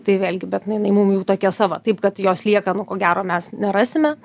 tai vėlgi bet na jinai mum jau tokia sava taip kad jos liekanų ko gero mes nerasime